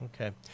Okay